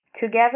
Together